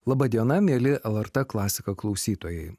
laba diena mieli lrt klasika klausytojai